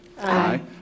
Aye